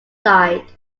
side